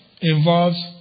involves